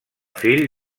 fill